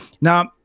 Now